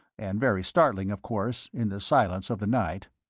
and very startling, of course, in the silence of the night.